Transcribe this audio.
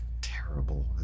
Terrible